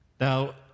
Now